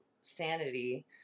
sanity